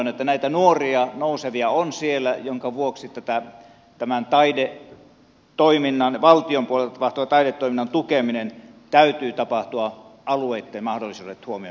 siellä on näitä nuoria nousevia joiden vuoksi tämän valtion puolelta tapahtuvan taidetoiminnan tukemisen täytyy tapahtua alueitten mahdollisuudet huomioon ottaen